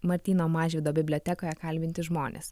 martyno mažvydo bibliotekoje kalbinti žmonės